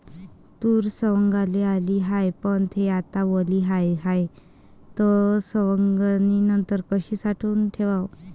तूर सवंगाले आली हाये, पन थे आता वली झाली हाये, त सवंगनीनंतर कशी साठवून ठेवाव?